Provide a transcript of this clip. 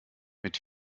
mit